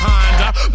Honda